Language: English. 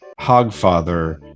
hogfather